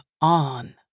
on